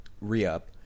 re-up